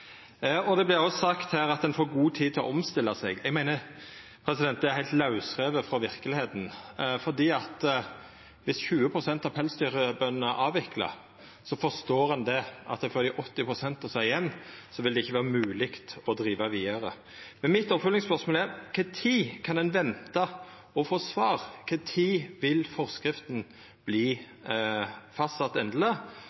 Det vert òg sagt her at ein får god tid til å omstilla seg. Eg meiner det er heilt lausrive frå verkelegheita, for viss 20 pst. av pelsdyrbøndene avviklar, forstår ein at for dei 80 pst. som er igjen, vil det ikkje vera mogleg å driva vidare. Mitt oppfølgingsspørsmål er: Kva tid kan ein venta å få svar? Kva tid vil forskrifta